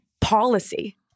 policy